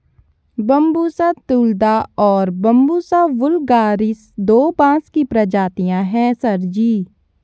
Bambusa तुलदा और बंबूसा वुल्गारिस दो बांस की प्रजातियां हैं सर जी